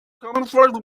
campfires